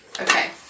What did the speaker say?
Okay